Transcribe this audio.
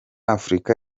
afurika